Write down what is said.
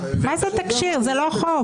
תקשי"ר זה לא חוק.